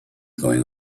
going